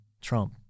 Trump